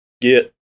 get